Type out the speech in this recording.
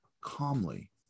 calmly